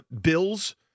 bills